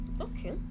okay